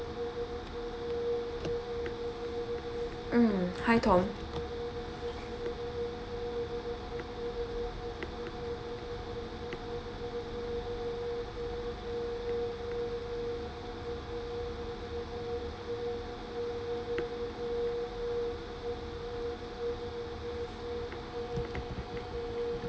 mm hi tom